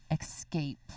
Escape